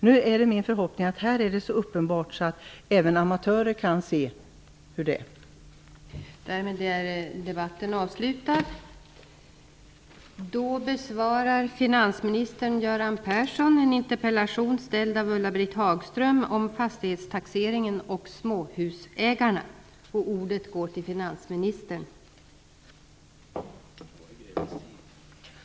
Nu är det min förhoppning att det här är så uppenbart att även amatörer kan se hur det är.